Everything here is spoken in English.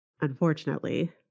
unfortunately